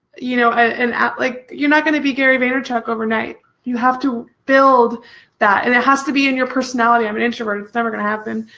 you know ah and act like you're not going to be gary vaynerchuk overnight, you have to build that and it has to be in your personality, i'm an introvert, its never going to happen.